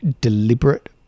deliberate